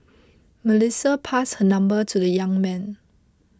Melissa passed her number to the young man